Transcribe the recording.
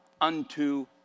unto